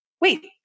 Wait